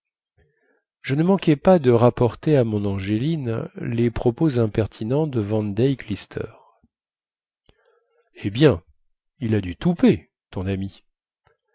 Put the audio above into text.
je ne manquai pas de rapporter à mon angéline les propos impertinents de van deyck lister eh bien il a du toupet ton ami